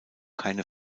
keine